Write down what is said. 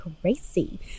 crazy